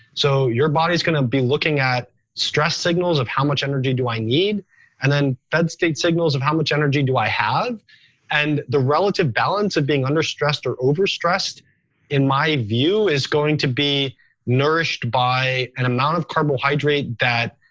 so your body's going to be looking at stress signals of how much energy do i need and then fed state signals of how much energy do i have and the relative balance of being under stressed or overstressed in my view is going to be nourished by an amount of carbohydrate that